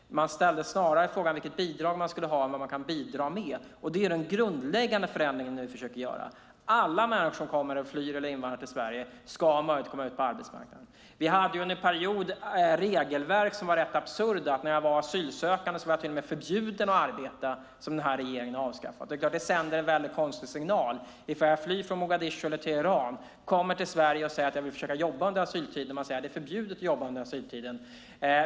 Man ställde snarare frågan vilket bidrag de skulle ha än vad de kunde bidra med. Det är denna grundläggande förändring vi försöker göra: Alla människor som flyr eller invandrar till Sverige ska ha möjlighet att komma ut på arbetsmarknaden. Vi hade under en period regelverk som var rätt absurda - asylsökande var till och med förbjudna att arbeta - och som denna regering har avskaffat. Det är klart att det sänder en väldigt konstig signal om jag flyr från Mogadishu eller Teheran, kommer till Sverige och säger att jag vill försöka jobba under asyltiden men får svaret att det är förbjudet.